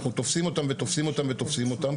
אנחנו תופסים אותם ותופסים אותם ותופסים אותם,